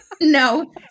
No